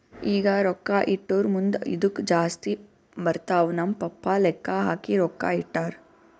ಈಗ ರೊಕ್ಕಾ ಇಟ್ಟುರ್ ಮುಂದ್ ಇದ್ದುಕ್ ಜಾಸ್ತಿ ಬರ್ತಾವ್ ನಮ್ ಪಪ್ಪಾ ಲೆಕ್ಕಾ ಹಾಕಿ ರೊಕ್ಕಾ ಇಟ್ಟಾರ್